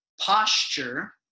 Posture